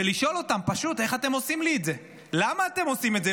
ולשאול אותם פשוט: איך אתם עושים לי את זה?